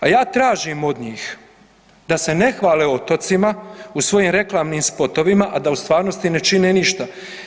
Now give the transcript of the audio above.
A ja tražim od njih da se ne hvale otocima u svojim reklamnim spotovima, a da u stvarnosti ne čine ništa.